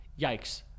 Yikes